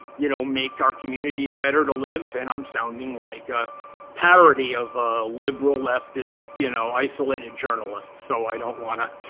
you know, make our communities better to live. and i'm sounding like a parody of ah liberal leftist, you know isolated journalist. so i don't want to